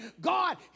God